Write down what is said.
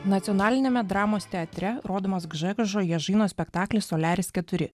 nacionaliniame dramos teatre rodomas gžegožo jiežino spektaklis soliaris keturi